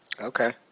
Okay